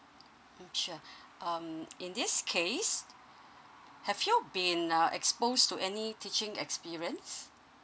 oh sure um in this case have you been uh exposed to any teaching experience